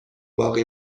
باقی